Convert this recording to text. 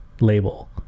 label